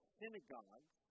synagogues